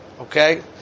Okay